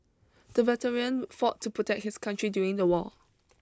the veteran fought to protect his country during the war